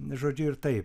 žodžiu ir taip